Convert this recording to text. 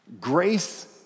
Grace